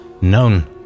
known